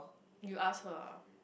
you asked her ah